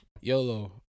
YOLO